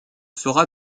fera